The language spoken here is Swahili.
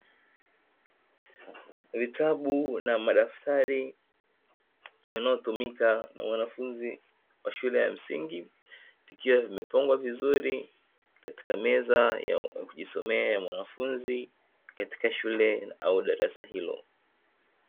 Vitabu na madaftari yanayotumika na mwanafunzi wa shule ya msingi, vikiwa vimepangwa vizuri katika meza ya kujisomea ya mwanafunzi katika shule au darasa hilo.